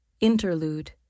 Interlude